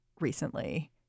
recently